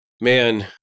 man